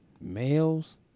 Males